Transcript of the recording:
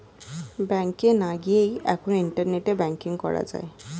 ব্যাংকে না গিয়েই এখন ইন্টারনেটে ব্যাঙ্কিং করা যায়